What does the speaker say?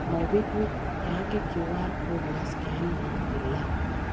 MobiKwik ಯಾಕೆ Q R ಕೋಡನ್ನ scan ಮಾಡ್ತಿಲ್ಲ